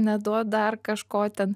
neduot dar kažko ten